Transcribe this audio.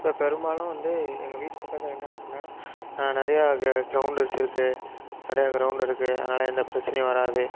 இப்போ பெரும்பாலும் வந்து எங்கள் வீட்டு பக்கத்தில் என்ன இருக்குன்னா நிறையா கிரௌண்ட்ஸ்ஸு இருக்கு நிறையா கிரௌண்ட் இருக்கு அதனால எந்த பிரச்சனையும் வராது